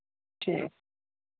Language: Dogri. ठीक ऐ